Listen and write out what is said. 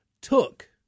took